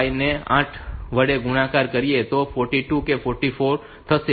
5 ને 8 વડે ગુણાકાર કરીએ તો તે 42 કે 44 થશે